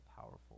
powerful